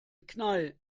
knall